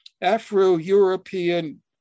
Afro-European